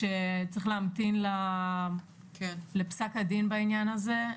שצריך להמתין לפסק הדין בעניין הזה.